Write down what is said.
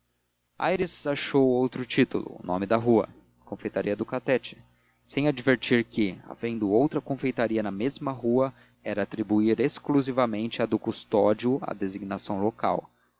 achou outro título o nome da rua confeitaria do catete sem advertir que havendo outra confeitaria na mesma rua era atribuir exclusivamente à do custódio a designação local